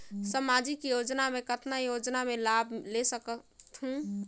समाजिक योजना मे कतना योजना मे लाभ ले सकत हूं?